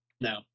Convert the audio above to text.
No